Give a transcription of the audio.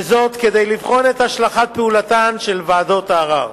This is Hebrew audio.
וזאת כדי לבחון את השלכת פעולתן של ועדות הערר.